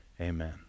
Amen